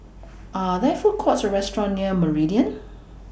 Are There Food Courts Or restaurants near Meridian